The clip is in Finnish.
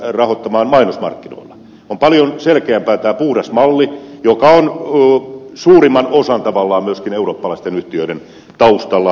tämä puhdas malli on paljon selkeämpi ja se on tavallaan myöskin eurooppalaisista yhtiöistä suurimman osan taustalla